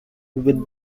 with